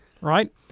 right